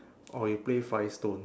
oh you play five stone